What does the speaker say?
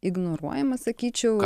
ignoruojama sakyčiau